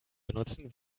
benutzen